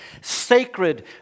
sacred